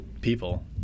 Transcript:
people